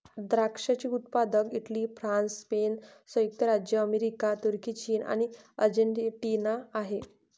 द्राक्षाचे उत्पादक Italy, France, Spain, संयुक्त राज्य अमेरिका, तुर्की, चीन आणि अर्जेंटिना आहे